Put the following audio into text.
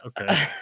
Okay